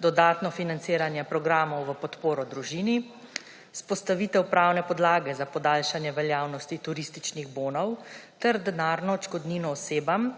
dodatno financiranje programov v podporo družini, vzpostavitev pravne podlage za podaljšanje veljavnosti turističnih bonov ter denarno odškodnino osebam,